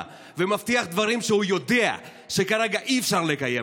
ומבטיח דברים שהוא יודע שכרגע אי-אפשר לקיים,